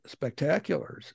spectaculars